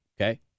okay